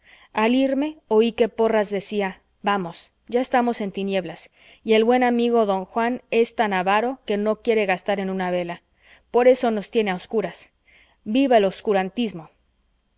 al irme oí que porras decía vamonos ya estamos en tinieblas y el buen amigo don juan es tan avaro que no quiere gastar en una vela por eso nos tiene a obscuras viva el obscurantismo